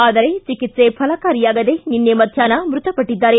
ಆದರೆ ಚಿಕಿತ್ಸೆ ಫಲಕಾರಿಯಾಗದೆ ನಿನ್ನೆ ಮಧ್ವಾಹ್ನ ಮೃತಪಟ್ಟದ್ದಾರೆ